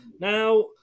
Now